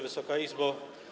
Wysoka Izbo!